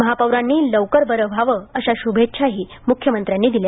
महापौरांनी लवकर बरं व्हावं अशा श्भेच्छाही म्ख्यमंत्र्यांनी दिल्या